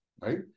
right